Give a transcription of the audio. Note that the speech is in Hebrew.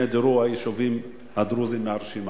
נעדרו היישובים הדרוזיים מהרשימה.